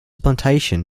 plantation